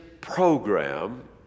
program